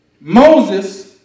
Moses